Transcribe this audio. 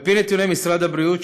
על-פי נתוני משרד הבריאות,